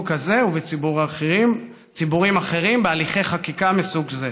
כזה או בציבורים אחרים בהליכי חקיקה מסוג זה.